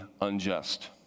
unjust